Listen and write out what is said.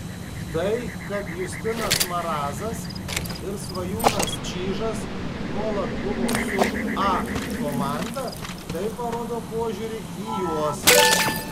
tai kad justinas marazas ir svajūnas čyžas nuolat buvo su a komanda tai parodo požiūrį į juos